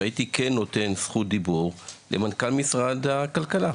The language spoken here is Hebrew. והייתי כן נותן זכות דיבור למנכ"ל משרד הכלכלה.